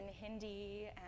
Hindi